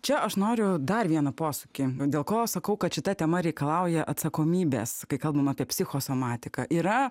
čia aš noriu dar vieną posūkį dėl ko sakau kad šita tema reikalauja atsakomybės kai kalbam apie psichosomatiką yra